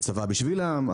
צבא בשביל העם,